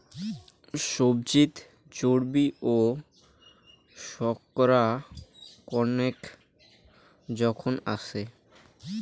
সবজিত চর্বি ও শর্করা কণেক জোখন আছে